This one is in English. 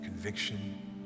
conviction